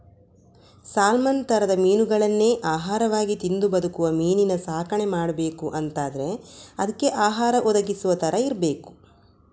salmon ತರದ ಮೀನುಗಳನ್ನೇ ಆಹಾರವಾಗಿ ತಿಂದು ಬದುಕುವ ಮೀನಿನ ಸಾಕಣೆ ಮಾಡ್ಬೇಕು ಅಂತಾದ್ರೆ ಅದ್ಕೆ ಆಹಾರ ಒದಗಿಸುವ ತರ ಇರ್ಬೇಕು